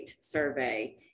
survey